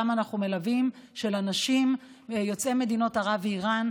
אנחנו מלווים של אנשים יוצאי מדינות ערב ואיראן,